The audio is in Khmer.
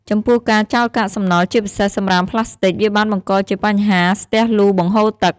ចំពោះការចោលកាកសំណល់ជាពិសេសសំរាមប្លាស្ទិក វាបានបង្កជាបញ្ហាស្ទះលូបង្ហូរទឹក។